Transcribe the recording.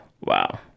Wow